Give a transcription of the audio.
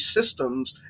systems